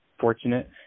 fortunate